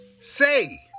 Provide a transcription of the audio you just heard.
Say